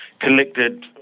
collected